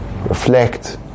reflect